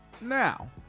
Now